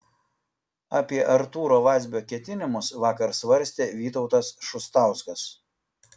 apie artūro vazbio ketinimus vakar svarstė vytautas šustauskas